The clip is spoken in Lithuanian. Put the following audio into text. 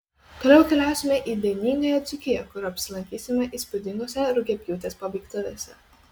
toliau keliausime į dainingąją dzūkiją kur apsilankysime įspūdingose rugiapjūtės pabaigtuvėse